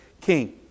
King